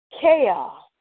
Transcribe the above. chaos